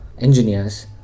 engineers